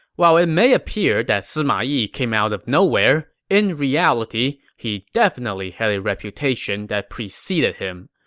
while it may appear that sima yi came out of nowhere, in reality, he definitely had a reputation that preceded him.